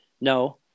no